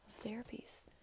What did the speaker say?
therapies